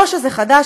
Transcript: לא שזה חדש,